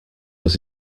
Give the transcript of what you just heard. was